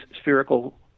spherical